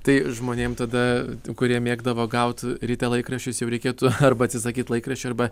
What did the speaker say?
tai žmonėm tada kurie mėgdavo gaut ryte laikraščius jau reikėtų arba atsisakyt laikraščių arba